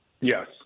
Yes